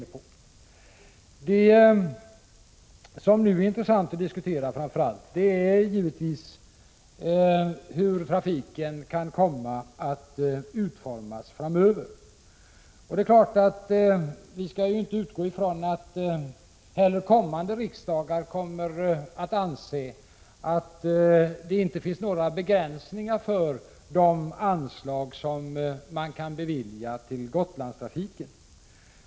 Vad som nu framför allt är intressant att diskutera är givetvis hur trafiken skall utformas framöver. Vi skall heller inte utgå från att kommande riksdagar kommer att anse att det inte finns några begränsningar för de anslag som kan beviljas till Gotlandstrafiken.